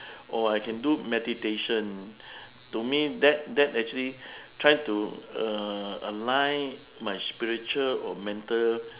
or I can do meditation to me that that actually try to uh align my spiritual or mental